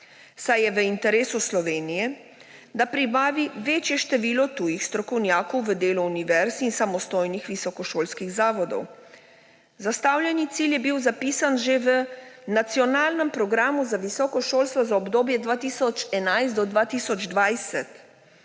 saj je v interesu Slovenije, da privabi večje število tujih strokovnjakov v delo univerz in samostojnih visokošolskih zavodov. Zastavljeni cilj je bil zapisan že v Nacionalnem programu za visoko šolstvo za obdobje 2011 do 2020